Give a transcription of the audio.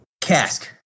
Cask